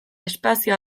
espazio